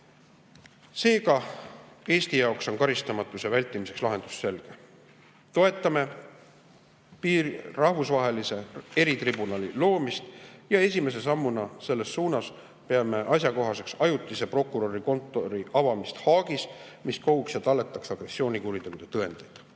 Eesti jaoks on karistamatuse vältimiseks lahendus selge. Toetame rahvusvahelise eritribunali loomist ja esimese sammuna selles suunas peame asjakohaseks ajutise prokuröri kontori avamist Haagis, mis koguks ja talletaks agressioonikuritegude tõendeid. Iga